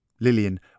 Lillian